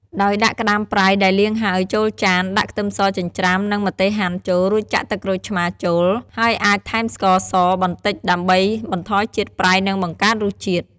ដោយដាក់ក្តាមប្រៃដែលលាងហើយចូលចាន ដាក់ខ្ទឹមសចិញ្ច្រាំ និងម្ទេសហាន់ចូល រួចចាក់ទឹកក្រូចឆ្មារចូល ហើយអាចថែមស្ករសបន្តិចដើម្បីបន្ថយជាតិប្រៃ និងបង្កើនរសជាតិ។